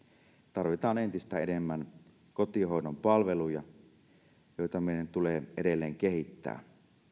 tarvitaan entistä enemmän kotihoidon palveluja joita meidän tulee edelleen kehittää